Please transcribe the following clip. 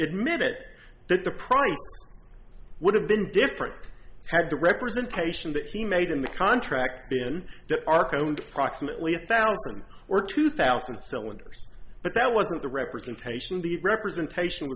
it made it that the price would have been different had the representation that he made in the contract in arco and approximately a thousand or two thousand cylinders but that wasn't the representation the representation